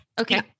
Okay